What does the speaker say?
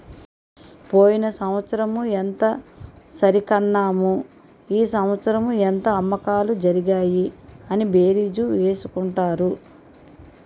పోయిన సంవత్సరం ఎంత సరికన్నాము ఈ సంవత్సరం ఎంత అమ్మకాలు జరిగాయి అని బేరీజు వేసుకుంటారు